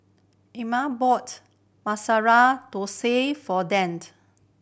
Amira bought Masala Thosai for Dann